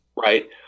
right